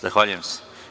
Zahvaljujem se.